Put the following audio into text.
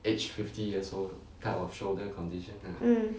mm